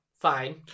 fine